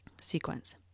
sequence